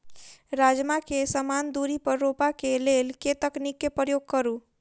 राजमा केँ समान दूरी पर रोपा केँ लेल केँ तकनीक केँ प्रयोग करू?